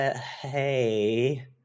Hey